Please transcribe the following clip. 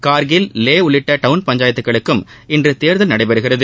கார்கில் லே உள்ளிட்ட டவுன் பஞ்சாயத்துகளுக்கும் இன்று தேர்தல் நடைபெறுகிறது